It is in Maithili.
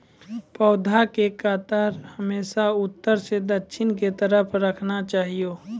पौधा के कतार हमेशा उत्तर सं दक्षिण के तरफ राखना चाहियो